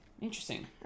interesting